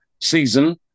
season